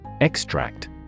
Extract